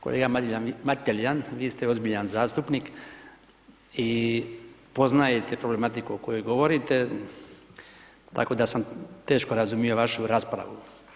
Kolega Mateljan, vi ste ozbiljan zastupnik i poznajete problematiku o kojoj govorite, tako da sam teško razumio vašu raspravu.